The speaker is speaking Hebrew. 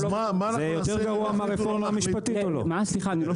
מה אנחנו נעשה -- מה סליחה אני לא שומע?